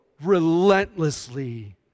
relentlessly